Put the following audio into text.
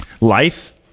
Life